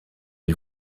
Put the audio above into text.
ils